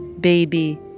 Baby